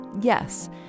Yes